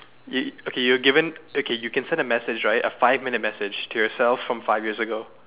you okay you're given okay you can send a message right a five minute message to yourself from five years ago